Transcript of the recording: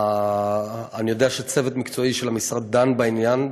אני יודע שצוות מקצועי של המשרד דן בעניין.